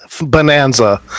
bonanza